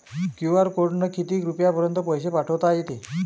QR कोडनं किती रुपयापर्यंत पैसे पाठोता येते?